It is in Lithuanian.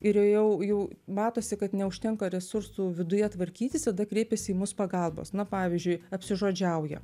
ir jau jau matosi kad neužtenka resursų viduje tvarkytis tada kreipiasi į mus pagalbos na pavyzdžiui apsižodžiauja